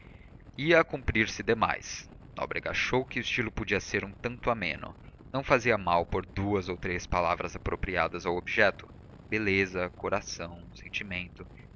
ia a cumprir se demais nóbrega achou que o estilo podia ser um tanto ameno não fazia mal pôr duas ou três palavras apropriadas ao objeto beleza coração sentimento